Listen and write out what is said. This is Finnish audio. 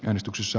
äänestyksessä